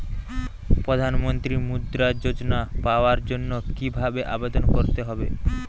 প্রধান মন্ত্রী মুদ্রা যোজনা পাওয়ার জন্য কিভাবে আবেদন করতে হবে?